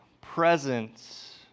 presence